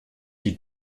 die